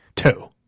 Two